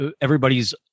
everybody's